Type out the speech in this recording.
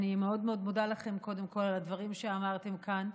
אני מאוד מאוד מודה לכם על הדברים שאמרתם כאן.